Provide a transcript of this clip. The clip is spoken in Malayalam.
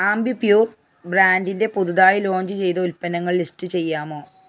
ആമ്പിപ്യുര് ബ്രാൻറ്റിന്റെ പുതുതായി ലോഞ്ച് ചെയ്ത ഉൽപ്പന്നങ്ങൾ ലിസ്റ്റ് ചെയ്യാമോ